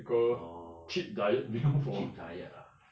orh cheap diet ah